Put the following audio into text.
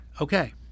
Okay